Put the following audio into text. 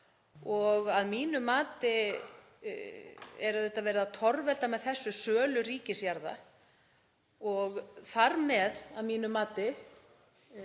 Að mínu mati er auðvitað verið að torvelda með þessu sölu ríkisjarða og þar með að mínu mati